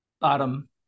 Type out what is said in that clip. bottom